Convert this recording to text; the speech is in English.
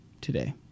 today